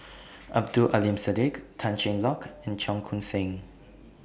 Abdul Aleem Siddique Tan Cheng Lock and Cheong Koon Seng